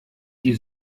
die